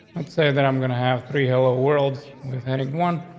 let's say that i'm gonna have three hello worlds with heading one.